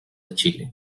chile